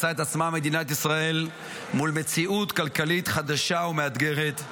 מצאה את עצמה מדינת ישראל מול מציאות כלכלית חדשה ומאתגרת,